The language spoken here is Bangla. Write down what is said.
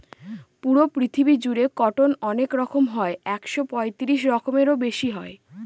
পুরো পৃথিবী জুড়ে কটন অনেক রকম হয় একশো পঁয়ত্রিশ রকমেরও বেশি হয়